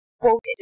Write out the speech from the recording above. quote